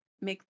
make